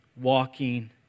walking